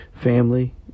family